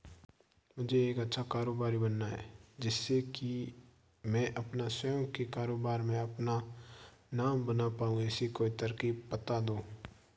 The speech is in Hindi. मुझे एक अच्छा कारोबारी बनना है जिससे कि मैं अपना स्वयं के कारोबार में अपना नाम बना पाऊं ऐसी कोई तरकीब पता दो?